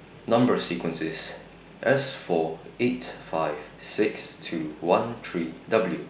Number sequence IS S four eight five six two one three W